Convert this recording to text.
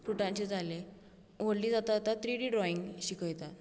फ्रुटांचे जाले व्हडली जाता जाता थ्री डी ड्रॉइंग शिकयतात